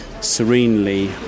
serenely